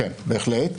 כן, בהחלט.